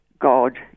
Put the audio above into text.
God